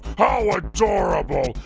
how adorable.